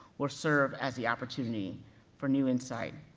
or serve as the opportunity for new insight,